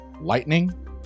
Lightning